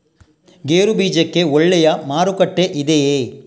ಗೇರು ಬೀಜಕ್ಕೆ ಒಳ್ಳೆಯ ಮಾರುಕಟ್ಟೆ ಇದೆಯೇ?